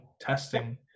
testing